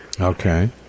Okay